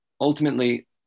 Ultimately